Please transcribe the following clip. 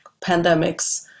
pandemics